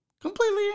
Completely